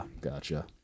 Gotcha